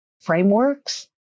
frameworks